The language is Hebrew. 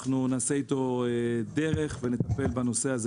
אנחנו נעשה איתו דרך ונטפל גם בנושא הזה.